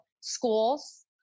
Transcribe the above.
schools